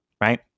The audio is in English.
right